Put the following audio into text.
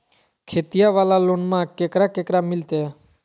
खेतिया वाला लोनमा केकरा केकरा मिलते?